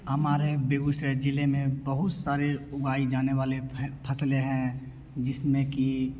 हमारे बेगूसराय ज़िले में बहुत सारे उगाई जाने वाले फै फ़सलें हैं जिसमें कि